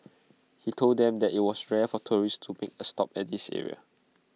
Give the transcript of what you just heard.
he told them that IT was rare for tourists to make A stop at this area